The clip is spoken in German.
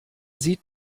sieht